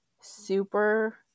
super